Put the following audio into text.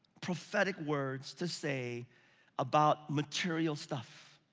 prophetic words to say about material stuff.